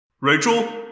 Rachel